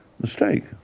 mistake